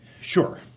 Sure